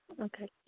Okay